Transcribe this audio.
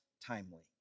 timely